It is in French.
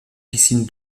piscine